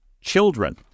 children